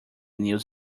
news